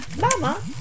Mama